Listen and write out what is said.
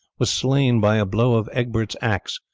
was slain by a blow of egbert's axe,